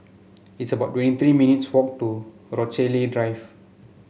it's about twenty three minutes' walk to Rochalie Drive